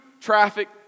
traffic